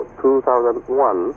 2001